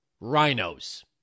rhinos